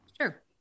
Sure